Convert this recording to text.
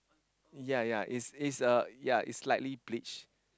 ya ya is is a ya is slightly bleach